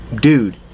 dude